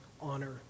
honor